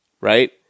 right